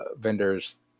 vendors